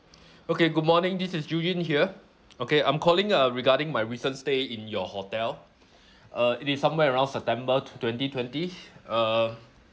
okay good morning this is eugene here okay I'm calling uh regarding my recent stay in your hotel uh it is somewhere around september t~ twenty twenty uh